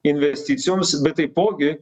investicijoms bet taipogi